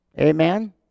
Amen